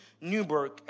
Newberg